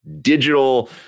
digital